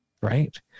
right